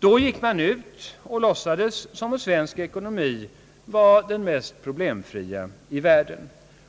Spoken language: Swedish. låtsades regeringen som om svensk ekonomi var den mest problemfria i världen.